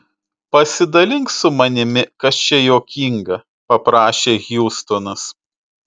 pasidalink su manimi kas čia juokinga paprašė hjustonas